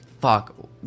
Fuck